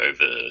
over